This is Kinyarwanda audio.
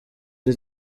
iri